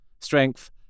Strength